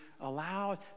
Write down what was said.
allowed